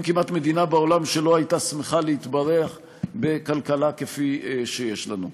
אין כמעט מדינה בעולם שלא הייתה שמחה להתברך בכלכלה כפי שיש לנו.